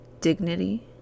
dignity